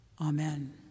Amen